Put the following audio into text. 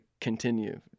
continue